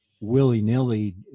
willy-nilly